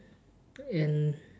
and